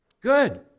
Good